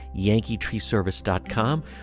yankeetreeservice.com